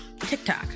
TikTok